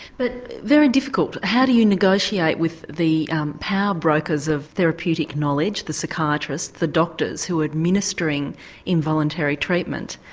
but very difficult, how do you negotiate with the power brokers of therapeutic knowledge, the psychiatrists, the doctors who are administering involuntary treatment,